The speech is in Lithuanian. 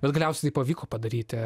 bet galiausiai tai pavyko padaryti